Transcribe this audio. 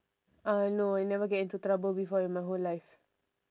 uh no I never get into trouble before in my whole life